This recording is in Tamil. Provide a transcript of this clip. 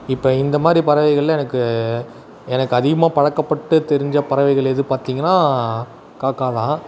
இப்போ இந்த மாதிரி பறவைகளில் எனக்கு எனக்கு அதிகமாக பழக்கப்பட்டு தெரிஞ்ச பறவைகள் எது பார்த்தீங்கன்னா காக்கா தான்